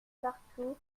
partout